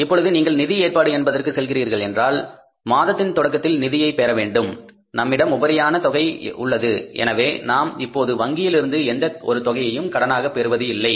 இப்பொழுது நீங்கள் நிதி ஏற்பாடு என்பதற்கு செல்கிறீர்கள் என்றால் மாதத்தின் தொடக்கத்தில் நிதியை பெற வேண்டும் நம்மிடம் உபரியான தொகை உள்ளது எனவே நாம் இப்போது வங்கியில் இருந்து எந்த ஒரு தொகையையும் கடனாக பெறுவது இல்லை